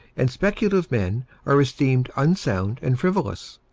and speculative men are esteemed unsound and frivolous.